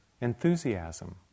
enthusiasm